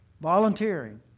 volunteering